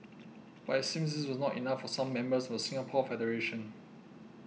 but it seems this was not enough for some members of the Singapore federation